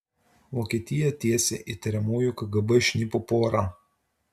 vokietija teisia įtariamų kgb šnipų porą